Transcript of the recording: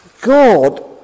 God